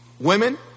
Women